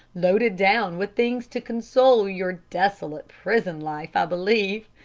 loaded down with things to console your desolate prison life, i believe,